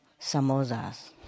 samosas